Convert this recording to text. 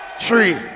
Three